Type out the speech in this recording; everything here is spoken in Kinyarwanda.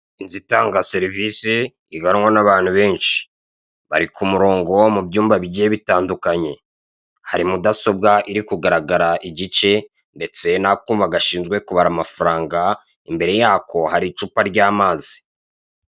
Inzu itanga serivise iganwa n'abantu benshi bari ku murongo mu byumba bigiye bitandukanye hari mudasobwa iri kugaragara igice ndetse n'akuma gashinzwe kubara amafaranga imbere yako hari icupa ry'amazi.